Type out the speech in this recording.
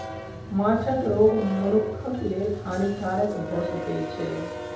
माँछक रोग मनुखक लेल हानिकारक भअ सकै छै